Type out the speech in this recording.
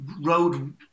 road